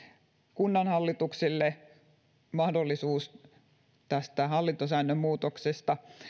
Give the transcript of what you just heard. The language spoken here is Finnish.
kunnanhallituksille mahdollisuus hallintosäännön muutokseen